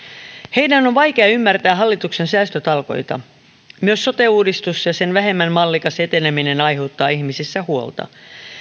heidän on vaikea ymmärtää hallituksen säästötalkoita myös sote uudistus ja sen vähemmän mallikas eteneminen aiheuttaa ihmisissä huolta